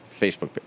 Facebook